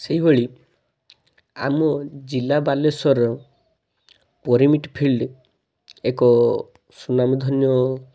ସେହି ଭଳି ଆମ ଜିଲ୍ଲା ବାଲେଶ୍ୱର ପରିମିଟ୍ ଫିଲଡ଼ ଏକ ସୁନାମ ଧନ୍ୟ